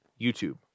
YouTube